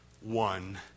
one